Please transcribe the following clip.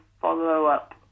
follow-up